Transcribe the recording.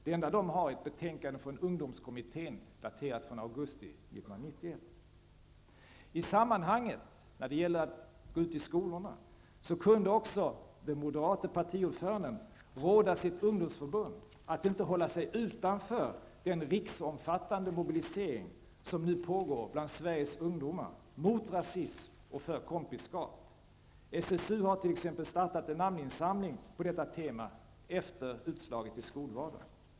Det enda de har är ett betänkande från ungdomskommittén, daterat i augusti 1991. När det gäller att gå ut i skolorna kunde den moderate partiordföranden också råda sitt ungdomsförbund att inte hålla sig utanför den riksomfattande mobilisering som nu pågår bland Sveriges ungdomar mot rasism och för kompisskap. SSU har t.ex. startat en namninsamling på detta tema efter utfallet i skolvalen.